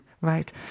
Right